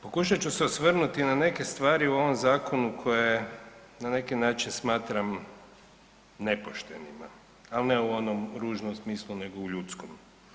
Pokušat ću se osvrnuti na neke stvari u ovom Zakonu koje na neki način smatram nepoštenima, ali ne u onom ružnom smislu nego u ljudskom.